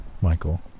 Michael